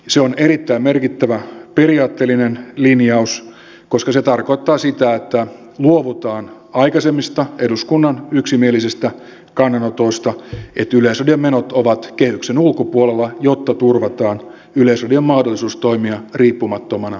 se on erittäin merkittävä periaatteellinen linjaus koska se tarkoittaa sitä että luovutaan aikaisemmista eduskunnan yksimielisistä kannanotoista että yleisradion menot ovat kehyksen ulkopuolella jotta turvataan yleisradion mahdollisuus toimia riippumattomana tiedonvälittäjänä